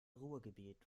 ruhrgebiet